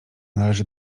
należy